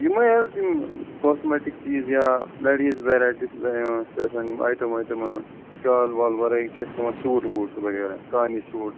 یِمَے حظ یِم کوسمٮ۪ٹِک چیٖز یا لڈیٖز ورٮ۪ٹی چھِ آسن یِم ایٹم ویٹم یِم شال وال ورٲے یِم چھِ أسۍ تھاوان سوٗٹ ووٗٹ تہٕ وغیرہ کانی سوٗٹ